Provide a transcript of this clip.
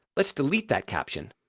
let's delete that caption.